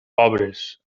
pobres